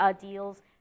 deals